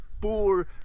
poor